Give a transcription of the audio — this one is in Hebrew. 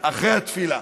אחרי התפילה.